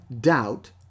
doubt